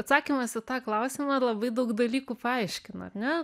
atsakymas į tą klausimą labai daug dalykų paaiškina ar ne